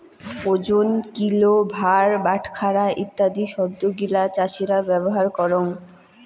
ওজন, কিলো, ভার, বাটখারা ইত্যাদি শব্দ গিলা চাষীরা ব্যবহার করঙ